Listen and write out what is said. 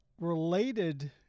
related